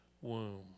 womb